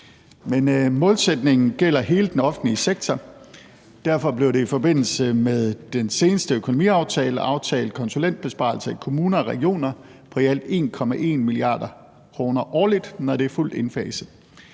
Men målsætningen gælder hele den offentlige sektor. Derfor blev der i forbindelse med den seneste økonomiaftale aftalt konsulentbesparelser i kommuner og regioner på i alt 1,1 mia. kr. årligt, når det er fuldt indfaset.